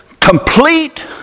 complete